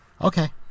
okay